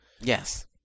yes